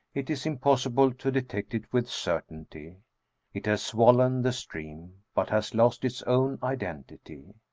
it is impossible to detect it with certainty it has swollen the stream, but has lost its own identity.